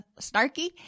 snarky